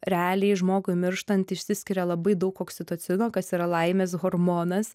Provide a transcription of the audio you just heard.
realiai žmogui mirštant išsiskiria labai daug oksitocino kas yra laimės hormonas